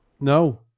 no